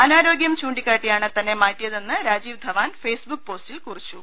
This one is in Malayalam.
അനാരോഗ്യം ചൂണ്ടിക്കാട്ടിയാണ് തന്നെ മാറ്റിയ തെന്ന് രാജീവ് ധവാൻ ഫെയ്സ്ബുക്ക് പോസ്റ്റിൽ കുറിച്ചു